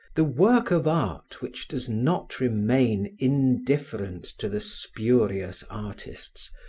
the work of art which does not remain indifferent to the spurious artists,